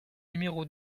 numéro